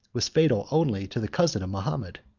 was fatal only to the cousin of mahomet.